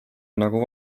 nagu